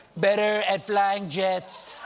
better at flying jets